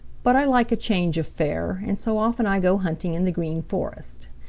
but i like a change of fare, and so often i go hunting in the green forest.